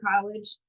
college